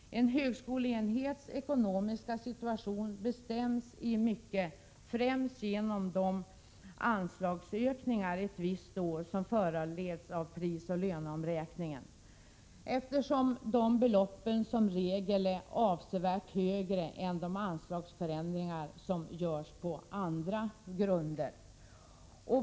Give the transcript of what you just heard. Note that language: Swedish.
En högskoleenhets ekonomiska situation bestäms till stor del främst genom de anslagsökningar under ett visst år som föranleds av prisoch löneomräkningar, eftersom dessa belopp som regel är avsevärt högre än de förändringar i anslagen som görs på andra grunder.